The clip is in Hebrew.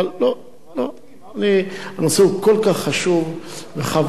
הנושא הוא כל כך חשוב, וחבל על כל יום.